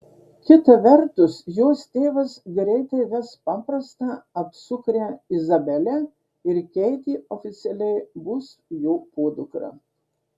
kita vertus jos tėvas greitai ves paprastą apsukrią izabelę ir keitė oficialiai bus jo podukra